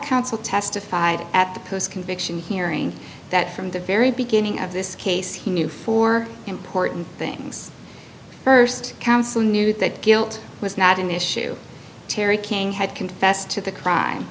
counsel testified at the post conviction hearing that from the very beginning of this case he knew for important things first counsel knew that guilt was not an issue terry king had confessed to the crime